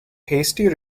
hasty